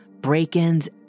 break-ins